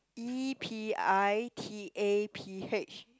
E P I T A P H